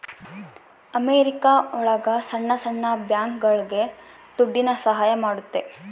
America ಒಳಗ ಸಣ್ಣ ಸಣ್ಣ ಬ್ಯಾಂಕ್ಗಳುಗೆ ದುಡ್ಡಿನ ಸಹಾಯ ಮಾಡುತ್ತೆ